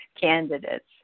candidates